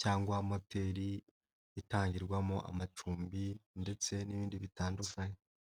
cyangwa moteri itangirwamo amacumbi ndetse n'ibindi bitandukanye.